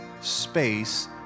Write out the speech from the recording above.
space